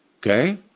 Okay